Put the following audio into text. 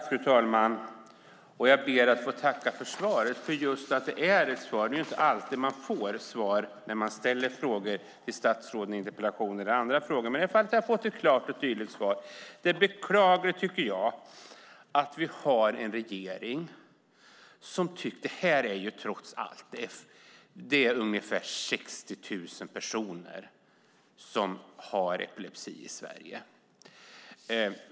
Fru talman! Jag ber att få tacka statsrådet för svaret just för att det är ett svar. Det är ju inte alltid man får svar när man ställer frågor till statsråden i interpellationer eller på annat sätt. Jag har här fått ett klart och tydligt svar. Jag tycker att det är beklagligt med den inställning som regeringen har. Det är ungefär 60 0000 personer som har epilepsi i Sverige.